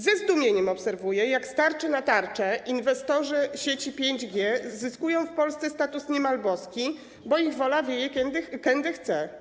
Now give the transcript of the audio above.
Ze zdumieniem obserwuję, jak z tarczy na tarczę inwestorzy sieci 5G zyskują w Polsce status niemal boski, bo ich wola wieje, kędy chce.